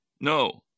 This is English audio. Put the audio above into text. No